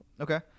Okay